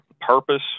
Purpose